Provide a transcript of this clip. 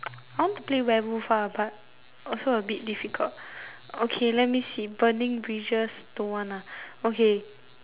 I want to play werewolf ah but also a bit difficult okay let me see burning bridges don't want lah okay